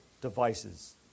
devices